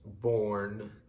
born